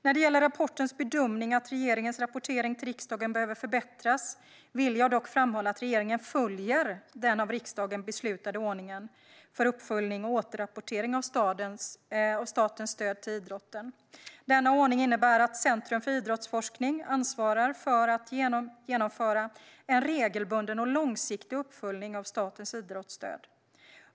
När det gäller rapportens bedömning att regeringens rapportering till riksdagen behöver förbättras vill jag dock framhålla att regeringen följer den av riksdagen beslutade ordningen för uppföljning och återrapportering av statens stöd till idrotten. Denna ordning innebär att Centrum för idrottsforskning, CIF, ansvarar för att genomföra en regelbunden och långsiktig uppföljning av statens idrottsstöd.